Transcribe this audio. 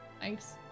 Thanks